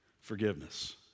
Forgiveness